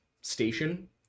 station